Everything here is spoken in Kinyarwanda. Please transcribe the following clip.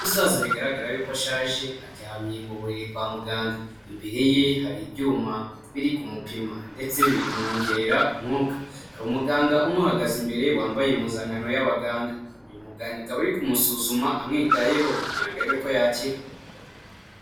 Umusaza bigaragara yuko ashaje, aryamye mu buriri kwa muganga, imbere ye hari ibyuma biri kumupima ndetse bikamwongerera umwuka, hari umuganga umuhagaze imbere wambaye impuzankano y'abaganga, uyu muganga akaba ari kumusuzuma amwitayeho kugira ngo arebe ko yakira.